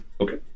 Okay